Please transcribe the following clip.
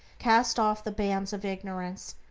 cast off the bands of ignorance,